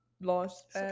lost